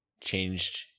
changed